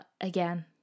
again